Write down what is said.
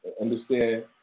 understand